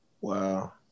wow